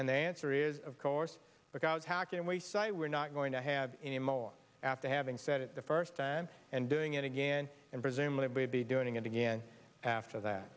and they answer is of course because how can we say we're not going to have any more after having said it the first time and doing it again and presumably be doing it again after that